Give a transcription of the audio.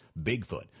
bigfoot